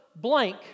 blank